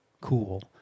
cool